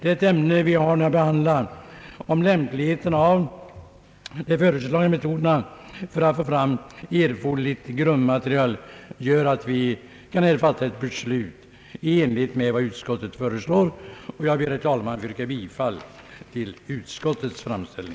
Det ämne vi har att behandla om lämpligheten av de föreslagna metoderna för att få fram erforderligt grundmaterial gör att vi här kan fatta ett beslut i enlighet med vad utskottet föreslår. Jag ber, herr talman, att få yrka bifall till utskottets hemställan.